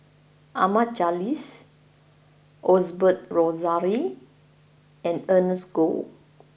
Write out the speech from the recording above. Ahmad Jais Osbert Rozario and Ernest Goh